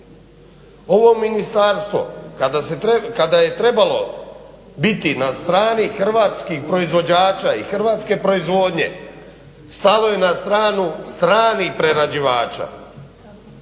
Ovo Ministarstvo kada je trebalo biti na strani hrvatskih proizvođača i hrvatske proizvodnje stalo je na stranu stranih prerađivača